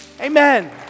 Amen